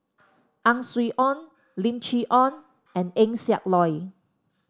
Ang Swee Aun Lim Chee Onn and Eng Siak Loy